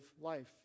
life